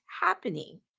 happening